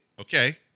Okay